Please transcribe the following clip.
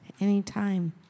anytime